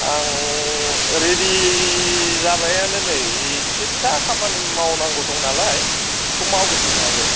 आं रेदि जाबायानो नै इसे फिसा खामानि मावनांगौ दं नालाय बिखौ मावग्रोदों आरो